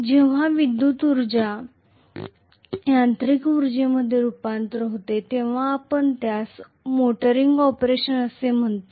जेव्हा विद्युत ऊर्जा यांत्रिक उर्जेमध्ये रूपांतरित होते तेव्हा आपण त्यास मोटारिंग ऑपरेशन असे म्हणतो